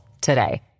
today